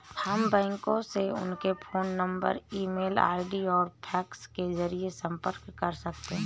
हम बैंकों से उनके phone number e mail ID और फैक्स के जरिए संपर्क कर सकते हैं